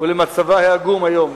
ולמצבה העגום היום.